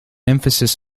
emphasis